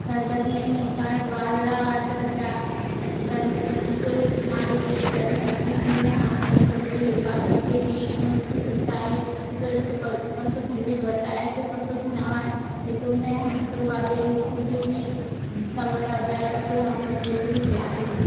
sir गर्मियों में होता है बाजरा इसे जा एस गरर्म जो हमारे वो गर्मियाँ होती हैं उन में हम फ़ल फ़्रुट भी उगा सकते हैं एवं उन से सिचाई उस उस से पशुधन भी बढ़ता है ऐसे पशुधन हमारे खेतों में हम फ़सल उगाते हैं उस से जो भी भूसा वग़ैरह होता है उसे हम पशुओं को भी खिलाते हैं